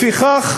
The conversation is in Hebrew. לפיכך,